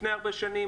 לפני הרבה שנים,